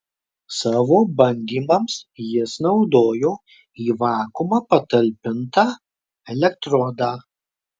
savo bandymams jis naudojo į vakuumą patalpintą elektrodą